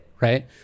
right